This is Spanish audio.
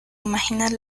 imaginar